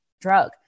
drug